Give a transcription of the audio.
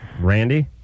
Randy